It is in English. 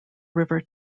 river